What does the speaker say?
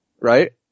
right